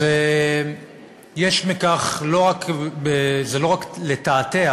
אז זה לא רק לתעתע,